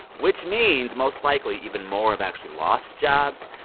which means most likely, even more have actually lost jobs.